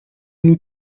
nous